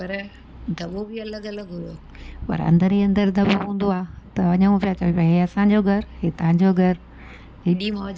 पर दॿो बि अलॻि अलॻि हुओ पर अंदरु ई अंदरु दॿो हूंदो आहे त ञूं पिया चऊं पिया इहो असांजो घरु तव्हांजो घरु हेॾी मौज कईसीं